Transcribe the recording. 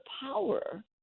power